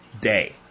day